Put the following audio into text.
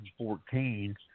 2014